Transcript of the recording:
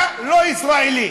אתה לא ישראלי.